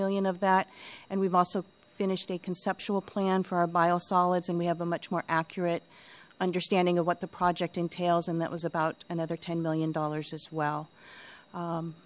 million of that and we've also finished a conceptual plan for our bio solids and we have a much more accurate understanding of what the project entails and that was about another ten million dollars as well